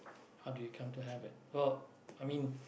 how do you come to have it oh I mean